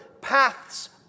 paths